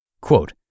Quote